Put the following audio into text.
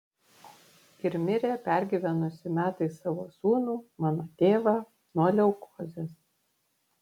ir mirė pergyvenusi metais savo sūnų mano tėvą nuo leukozės